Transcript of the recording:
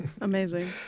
Amazing